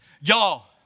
Y'all